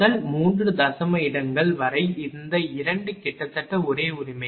முதல் 3 தசம இடங்கள் வரை இந்த 2 கிட்டத்தட்ட ஒரே உரிமை